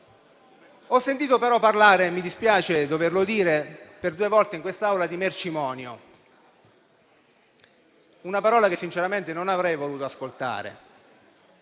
Ho sentito però parlare - e mi dispiace doverlo dire - per due volte in quest'Aula di mercimonio, una parola che sinceramente non avrei voluto ascoltare.